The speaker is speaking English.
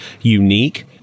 unique